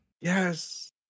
Yes